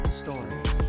stories